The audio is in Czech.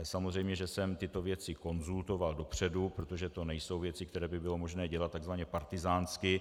Samozřejmě že jsem tyto věci konzultoval dopředu, protože to nejsou věci, které by bylo možné dělat takzvaně partyzánsky.